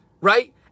right